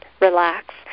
relax